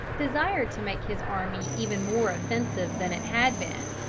desired to make his army even more offensive than it had been,